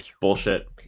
Bullshit